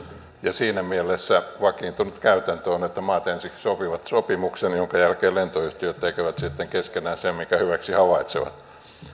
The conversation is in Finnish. siinä mielessä vakiintunut käytäntö on että maat ensiksi sopivat sopimuksen jonka jälkeen lentoyhtiöt tekevät sitten keskenään sen minkä hyväksi havaitsevat